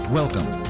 welcome